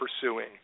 pursuing